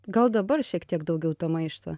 gal dabar šiek tiek daugiau to maišto